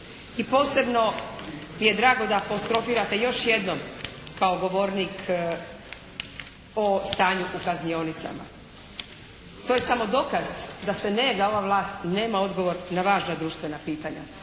I posebno mi je drago da apostrofirate još jednom kao govornik o stanju u kaznionicama. To je samo dokaz da se ne, da ova vlast nema odgovor na važna društvena pitanja,